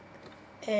and